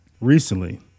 Recently